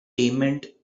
pavement